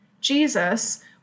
Jesus